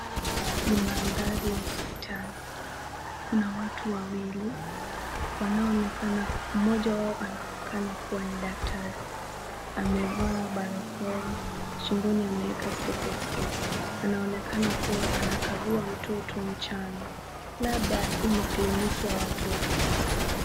Ni mandhari ya hospitali. Kuna watu wawili wanaonekana, mmoja wao anaonekana kuwa ni daktari. Amevaa barakoa, shingoni ameweka stethoscope . Anaonekana kuwa anakagua mtoto mchanga. Labda hii ni kliniki ya watoto.